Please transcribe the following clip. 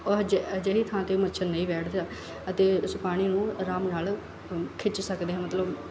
ਉਹ ਅਜਿਹ ਅਜਿਹੀ ਥਾਂ 'ਤੇ ਮੱਛਰ ਨਹੀਂ ਬੈਠਦਾ ਅਤੇ ਉਸ ਪਾਣੀ ਨੂੰ ਅਰਾਮ ਨਾਲ ਖਿੱਚ ਸਕਦੇ ਹਾਂ ਮਤਲਬ